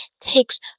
takes